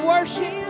worship